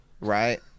Right